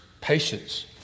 patience